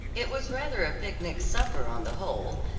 it was rather a picnic supper on the whole,